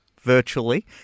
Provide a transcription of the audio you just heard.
virtually